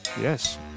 Yes